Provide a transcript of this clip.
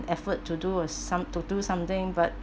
effort to do uh some to do something but